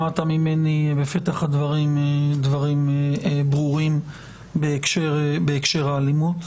שמעת ממני בפתח הדברים דברים ברורים בהקשר האלימות,